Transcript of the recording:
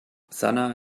sanaa